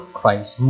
Christ